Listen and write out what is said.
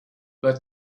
but